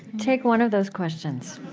take one of those questions